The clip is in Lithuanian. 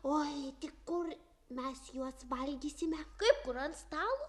oi tik kur mes juos valgysime kaip kur ant stalo